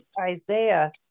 Isaiah